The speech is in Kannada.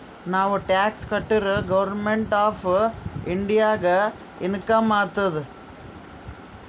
ನಾವ್ ಟ್ಯಾಕ್ಸ್ ಕಟುರ್ ಗೌರ್ಮೆಂಟ್ ಆಫ್ ಇಂಡಿಯಾಗ ಇನ್ಕಮ್ ಆತ್ತುದ್